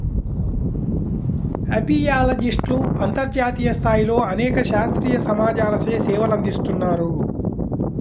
అపియాలజిస్ట్లు అంతర్జాతీయ స్థాయిలో అనేక శాస్త్రీయ సమాజాలచే సేవలందిస్తున్నారు